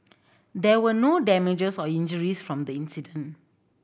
there were no damages or injuries from the incident